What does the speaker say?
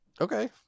Okay